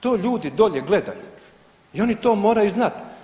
To ljudi dolje gledaju i oni to moraju znati.